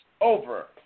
over